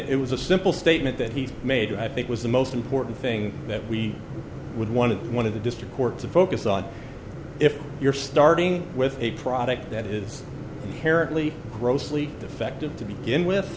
it was a simple statement that he made i think was the most important thing that we would want to one of the district court to focus on if you're starting with a product that is apparently grossly defective to begin with